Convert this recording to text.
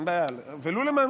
אין בעיה, ולו למענך,